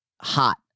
hot